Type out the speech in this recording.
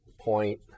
point